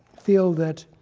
feel that